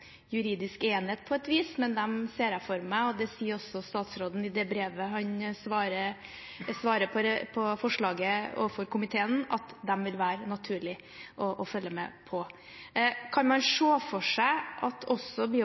juridisk enhet, men jeg ser for meg – som også statsråden sier i brevet der han svarer på forslaget overfor komiteen – at de vil være naturlige å følge med på. Kan man se for seg at også